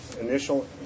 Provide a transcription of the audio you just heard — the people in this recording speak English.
initial